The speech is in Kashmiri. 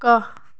کاہہ